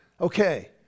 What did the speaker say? okay